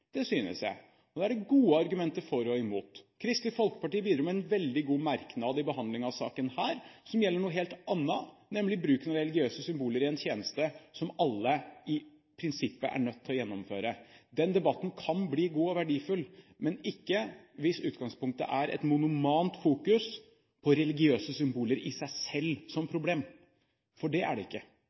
Det er gode argumenter for og imot. Kristelig Folkeparti bidro med en veldig god merknad ved behandling av saken her, som gjelder noe helt annet, nemlig bruken av religiøse symboler i en tjeneste som alle i prinsippet er nødt til å gjennomføre. Den debatten kan bli god og verdifull, men ikke hvis utgangspunktet er et monomant fokus på at religiøse symboler i seg selv er et problem, for det er de ikke.